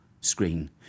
screen